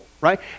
right